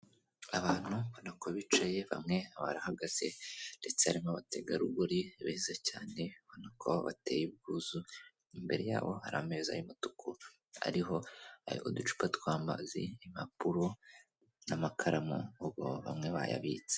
Abantu ubona ko bicaye bamwe barahagaze ndetse harimo abategarugori beza cyane ubona ko bateye ubwuzu. Imbere yabo hari amezi y'umutuku ariho uducupa tw'amazi, impapuro n'amakaramu ubwo bamwe bayabitse.